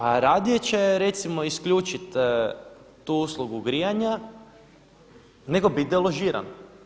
A radije će recimo isključit tu uslugu grijanja nego bit deložiran.